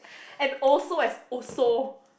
and also as also